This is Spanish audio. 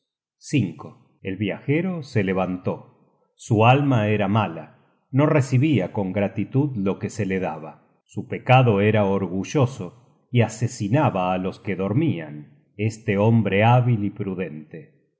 dios el viajero se levantó su alma era mala no recibia con gratitud lo que se le daba su pecado era orgulloso y asesinaba á los que dormian este hombre hábil y prudente